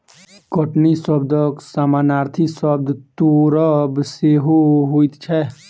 कटनी शब्दक समानार्थी शब्द तोड़ब सेहो होइत छै